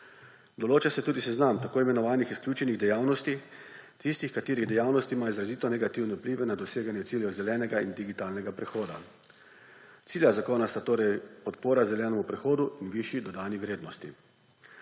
Določa se tudi seznam tako imenovanih izključenih dejavnosti; tistih, kateri dejavnosti imajo izrazito negativne vplive na doseganje ciljev zelenega in digitalnega prehoda. Cilja zakona sta torej podpora zelenemu prehodu in višji dodani vrednosti.